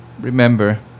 Remember